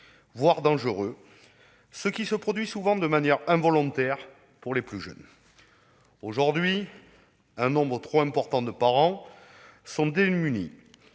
voire dangereux, ce qui se produit souvent de manière involontaire pour les plus jeunes. Aujourd'hui, un nombre trop important de parents sont démunis